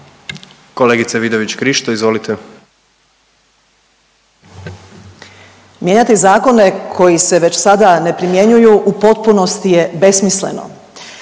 izvolite. **Vidović Krišto, Karolina (OIP)** Mijenjati zakone koji se već sada ne primjenjuju u potpunosti je besmisleno.